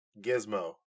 Gizmo